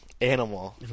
animal